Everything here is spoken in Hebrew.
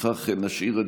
התשפ"א 2021, נתקבלו.